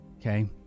okay